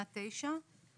9,